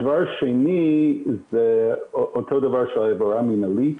הדבר השני הוא לגבי עבירה מינהלית.